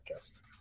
podcast